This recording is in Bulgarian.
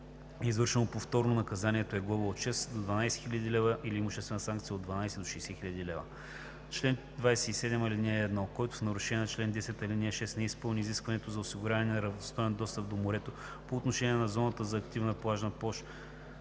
извършено повторно, наказанието е глоба от 6000 до 12 000 лв. или имуществена санкция от 12 000 до 60 000 лв. Чл. 27. (1) Който в нарушение на чл. 10, ал. 6 не изпълни изискването за осигуряване на равностоен достъп до морето по отношение на зоната на активната плажна площ